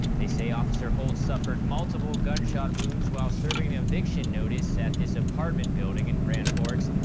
they say officer holte suffered multiple gunshot wounds while serving an eviction notice at this apartment building in grand forks.